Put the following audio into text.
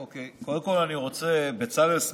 ההפגנות, אני מתחבר לכל מה שאמרת בסוגיית